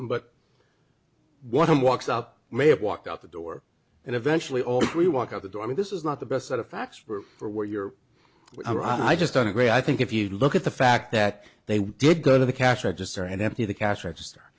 but one walks out may walk out the door and eventually all three walk out the door i mean this is not the best set of facts for where you're i just don't agree i think if you look at the fact that they did go to the cash register and empty the cash register